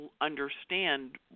understand